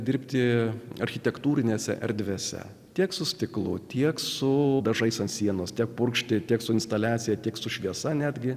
dirbti architektūrinėse erdvėse tiek su stiklu tiek su dažais ant sienos tiek purkšti tiek su instaliaciją tiek su šviesa netgi